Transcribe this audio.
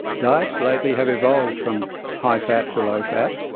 diets lately have evolved from high fat to low fat,